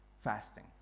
fasting